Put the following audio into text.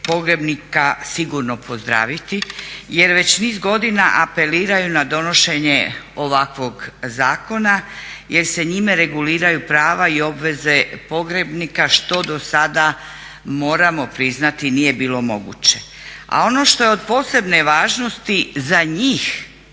pogrebnika sigurno pozdraviti jer već niz godina apeliraju na donošenje ovakvog zakona jer se njime reguliraju prava i obveze pogrebnika što do sada moramo priznati nije bilo moguće. A ono što je od posebne važnosti za njih